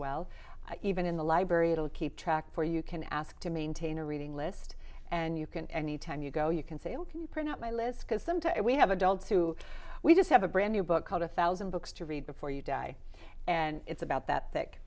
well even in the library it'll keep track where you can ask to maintain a reading list and you can any time you go you can say oh can you print out my list because some to it we have adults who we just have a brand new book called a thousand books to read before you die and it's about that thick